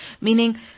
meaning